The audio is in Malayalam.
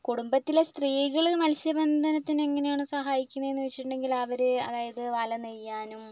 കുടുംബത്തിലെ സ്ത്രീകള് മത്സ്യബന്ധനത്തിന് എങ്ങനെയാണ് സഹായിക്കുന്നതെന്ന് വച്ചിട്ടുണ്ടെങ്കില് അവര് അതായത് വല നെയ്യാനും